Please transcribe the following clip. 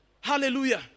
Hallelujah